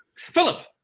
philip,